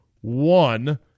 one